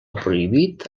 prohibit